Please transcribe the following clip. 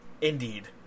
Indeed